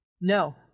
No